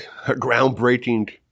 groundbreaking